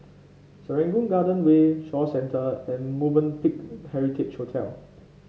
Serangoon Garden Way Shaw Centre and Movenpick Heritage Hotel